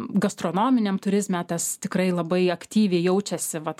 gastronominiam turizme tas tikrai labai aktyviai jaučiasi vat